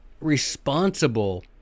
responsible